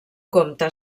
compte